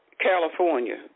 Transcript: California